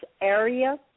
Area